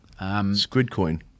Squidcoin